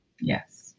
yes